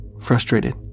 frustrated